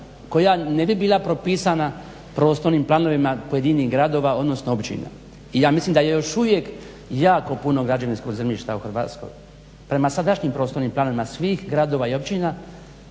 koja ne bi bila propisana prostornim planovima pojedinih gradova, odnosno općina. I ja mislim da je još uvijek jako puno građevinskog zemljišta u Hrvatskoj. Prema sadašnjim prostornim planovima svih gradova i općina